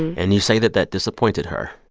and you say that that disappointed her.